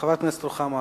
חברת הכנסת רוחמה אברהם,